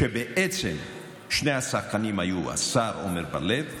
כשבעצם שני השחקנים היו השר עמר בר לב,